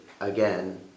again